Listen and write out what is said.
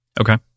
Okay